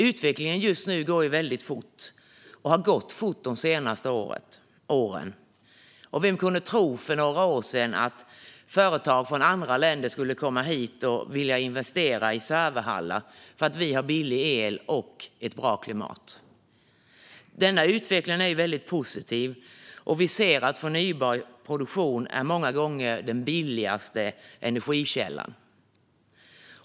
Utvecklingen just nu går väldigt fort och har gått fort de senaste åren. Vem kunde för några år sedan tro att företag från andra länder skulle komma hit och vilja investera i serverhallar för att vi har billig el och ett bra klimat? Denna utveckling är positiv, och vi ser att förnybar produktion många gånger är den billigaste energikällan.